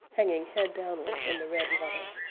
hanging head downward in the red water.